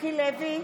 מיקי לוי,